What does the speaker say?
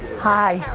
hi,